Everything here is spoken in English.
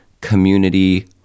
community